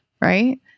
right